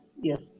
Yes